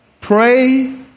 pray